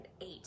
eight